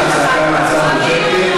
אישרתי לך צעקה מהצד בשקט,